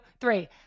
three